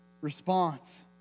response